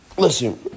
Listen